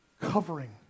covering